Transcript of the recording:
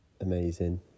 amazing